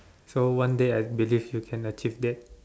so one day I believe you can achieve that